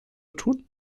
tun